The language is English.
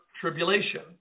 tribulation